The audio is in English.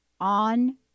on